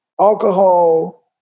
alcohol